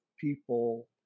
people